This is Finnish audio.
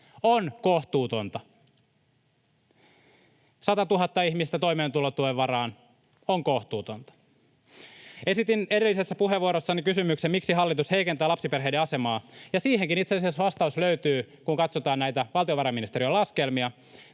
on kohtuutonta. 100 000 ihmistä toimeentulotuen varaan on kohtuutonta. Esitin edellisessä puheenvuorossani kysymyksen, miksi hallitus heikentää lapsiperheiden asemaa, ja siihenkin itse asiassa vastaus löytyy, kun katsotaan näitä valtiovarainministeriön laskelmia